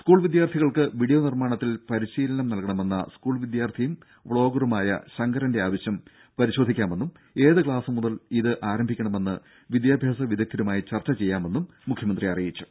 school വിദ്യാർത്ഥികൾക്ക് video നിർമാണത്തിൽ പരിശീലനം നൽകണമെന്ന സ്കൂൾ വിദ്യാർത്ഥിയും പരിശോധിക്കാമെന്നും ഏത് ക്ലാസ് മുതൽ ഇത് ആരംഭിക്കണമെന്ന് വിദ്യാഭ്യാസ വിദഗ്ധരുമായി ചർച്ച ചെയ്യുമെന്നും മുഖ്യമന്ത്രി അറിയിച്ചു